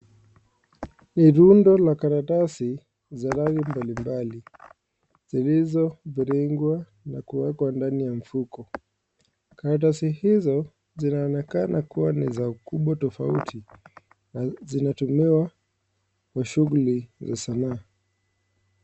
Ni rundo la karatasi za rangi mbalimbali zilizoviringwa na kuwekwa ndani ya mfuko. Karatasi hizo zinaonekana kuwa ni za ukubwa tofauti. Zinatumiwa kwa shughli za sanaa.